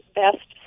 best